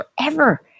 forever